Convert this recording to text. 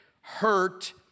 hurt